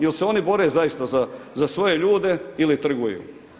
Jel se oni bore zaista za svoje ljude ili trguju?